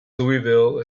louisville